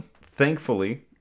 thankfully